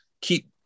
keep